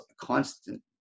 constant